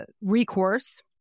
recourse